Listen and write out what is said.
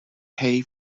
pay